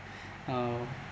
uh